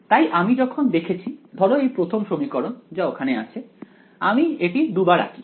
তাই আমি যখন দেখছি ধরো এই প্রথম সমীকরণ যা এখানে আছে আমি এটি দুবার আঁকি